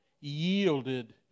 yielded